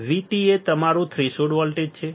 VT એ તમારું threshold voltage છે